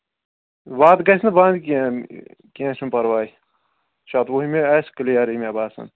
وَتھ گژھِ نہٕ بنٛد کیٚنٛہہ کیٚنٛہہ چھُنہٕ پَرواے شَتوُہمہِ آسہِ کِلیرٕے مےٚ باسان